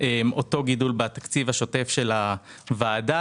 אותו גידול בתקציב השוטף של הוועדה,